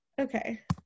okay